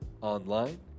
online